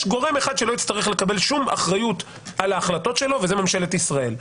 יש גורם אחד שלא יצטרך לקבל כל אחריות על ההחלטות שלו וזאת ממשלת ישראל.